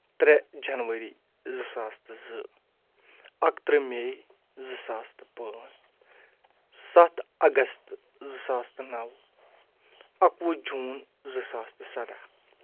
ترٛےٚ جنؤری زٕ ساس تہٕ زٕ اکترٕہ مے زٕ ساس تہٕ پانٛژھ سَتھ اگست زٕ ساس تہٕ نو اَکوُہ جوٗن زٕ ساس تہٕ سَداہ